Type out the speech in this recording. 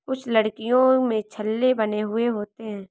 कुछ लकड़ियों में छल्ले बने हुए होते हैं